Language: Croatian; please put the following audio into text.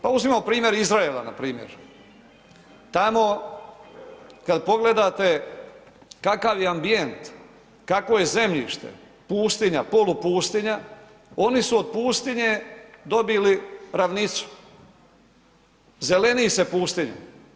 Pa uzmimo primjer Izraela npr. tamo kada pogledate kakav je ambijent, kakvo je zemljište pustinja, polupustinja, oni su od pustinje dobili ravnicu, zeleni se pustinja.